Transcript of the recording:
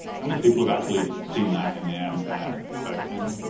how many people have actually seen that in the amp ad spec? anybody?